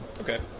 Okay